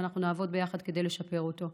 ואנחנו נעבוד ביחד כדי לשפר אותו: